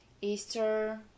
Easter